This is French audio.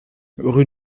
rue